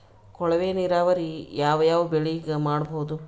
ಕೊಳವೆ ನೀರಾವರಿ ಯಾವ್ ಯಾವ್ ಬೆಳಿಗ ಮಾಡಬಹುದು?